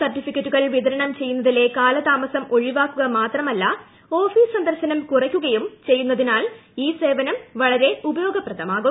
സർട്ടിഫിക്കറ്റുകൾ വിതരണം ചെയ്യുന്നതിലെ കാലതാമസം ഒഴിവാക്കുക മാത്രമല്ല ഓഫീസ് സന്ദർശനം കുറയ്ക്കുകയും ചെയ്യുന്നതിനാൽ ഈ സേവനം വളരെ ഉപയോഗപ്രദമാകും